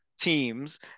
teams